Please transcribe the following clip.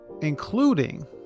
including